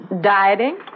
Dieting